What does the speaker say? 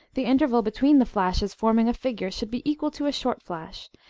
the interval between the flashes forming a figure should be equal to a short flash,